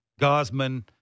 Gosman